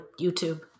YouTube